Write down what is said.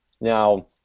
Now